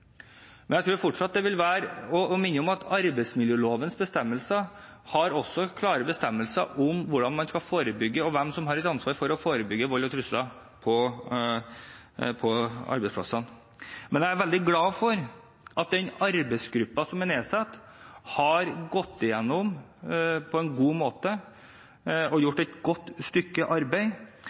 men jeg minner om at arbeidsmiljøloven har klare bestemmelser om hvordan man skal forebygge, og hvem som har ansvar for å forebygge vold og trusler på arbeidsplassene. Jeg er veldig glad for at den arbeidsgruppen som er nedsatt, har gått gjennom dette på en god måte og gjort et godt stykke arbeid.